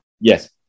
Yes